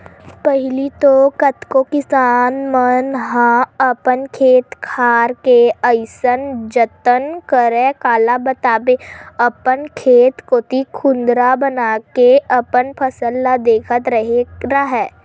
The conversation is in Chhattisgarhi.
पहिली तो कतको किसान मन ह अपन खेत खार के अइसन जतन करय काला बताबे अपन खेत कोती कुदंरा बनाके अपन फसल ल देखत रेहे राहय